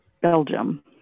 Belgium